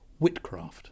Whitcraft